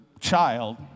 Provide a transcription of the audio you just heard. child